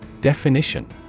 Definition